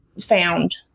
found